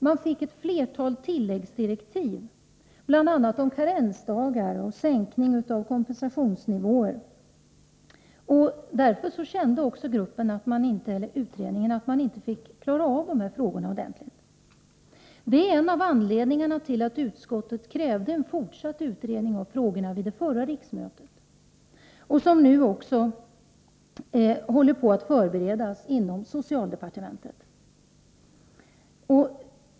Man fick ett flertal tilläggsdirektiv, bl.a. om karensdagar och sänkning av kompensationsnivåer. Därför hade de som deltog i utredningen en känsla av att de inte fick klara ut de här frågorna ordentligt. Det är en av anledningarna till att utskottet vid det förra riksmötet krävde en fortsatt utredning av dessa frågor, en utredning som nu håller på att förberedas inom socialdepartementet.